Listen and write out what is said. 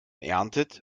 erntet